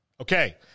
Okay